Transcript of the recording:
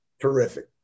Terrific